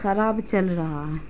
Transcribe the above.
خراب چل رہا